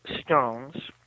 stones